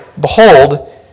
behold